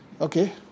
Okay